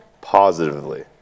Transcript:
positively